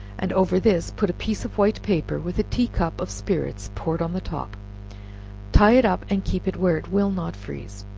and over this put a piece of white paper, with a tea-cup of spirits poured on the top tie it up and keep it where it will not freeze.